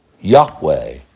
Yahweh